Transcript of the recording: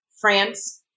France